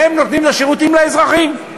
והן נותנות שירותים לאזרחים.